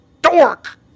dork